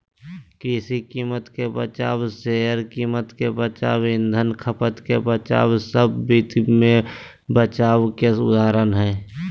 कृषि कीमत के बचाव, शेयर कीमत के बचाव, ईंधन खपत के बचाव सब वित्त मे बचाव के उदाहरण हय